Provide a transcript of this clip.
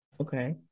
Okay